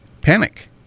Panic